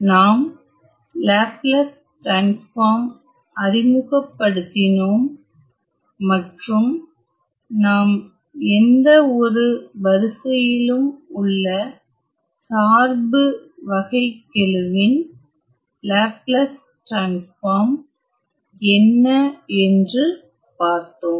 நாம் Laplace transform அறிமுகப்படுத்தினோம் மற்றும் நாம் எந்த ஒரு வரிசையிலும் உள்ள சார்பு வகைகெழுவின் லேப்லஸ் டிரான்ஸ்பார்ம் என்ன என்று பார்த்தோம்